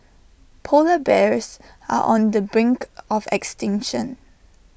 Polar Bears are on the brink of extinction